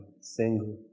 single